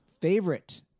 favorite